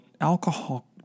alcohol